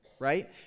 right